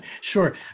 Sure